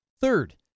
Third